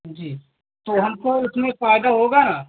जी तो हमको उसमें फ़ायदा होगा